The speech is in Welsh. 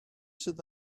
sydd